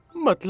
my